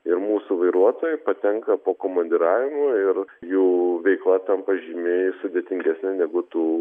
ir mūsų vairuotojai patenka po komandiravimu ir jų veikla tampa žymiai sudėtingesnė negu tų